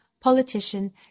politician